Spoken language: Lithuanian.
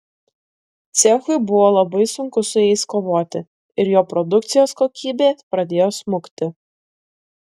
cechui buvo labai sunku su jais kovoti ir jo produkcijos kokybė pradėjo smukti